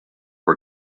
for